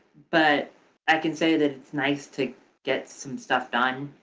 but i can say that it's nice to get some stuff done.